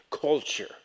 culture